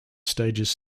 stages